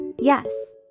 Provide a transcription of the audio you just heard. Yes